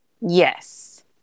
yes